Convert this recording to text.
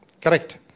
correct